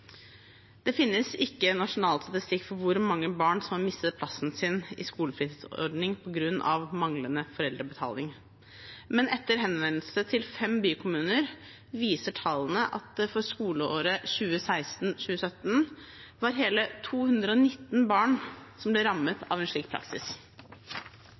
Det finnes ikke noen nasjonal statistikk over hvor mange barn som har mistet plassen sin i skolefritidsordningen på grunn av manglende foreldrebetaling, men etter henvendelse til fem bykommuner viser tallene at det for skoleåret 2016/2017 var hele 219 barn som ble